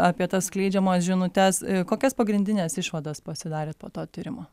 apie tas skleidžiamas žinutes kokias pagrindines išvadas pasidarėt po to tyrimo